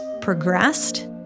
progressed